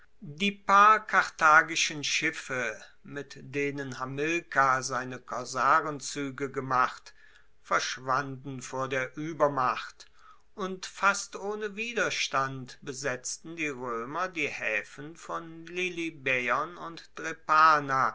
die paar karthagischen schiffe mit denen hamilkar seine korsarenzuege gemacht verschwanden vor der uebermacht und fast ohne widerstand besetzten die roemer die haefen von lilybaeon und drepana